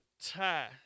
tie